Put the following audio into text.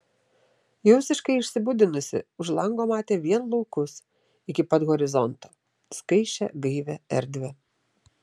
jau visiškai išsibudinusi už lango matė vien laukus iki pat horizonto skaisčią gaivią erdvę